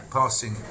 passing